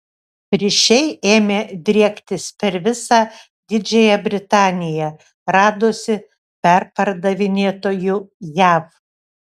ryšiai ėmė driektis per visą didžiąją britaniją radosi perpardavinėtojų jav